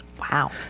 Wow